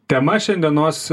tema šiandienos